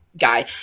guy